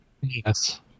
Yes